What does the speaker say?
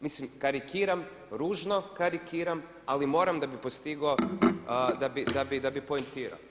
Mislim karikiram, ružno karikiram ali moram da bi postigao, da bi poentirao.